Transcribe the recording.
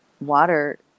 water